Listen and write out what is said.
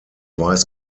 weiß